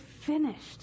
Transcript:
finished